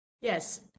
Yes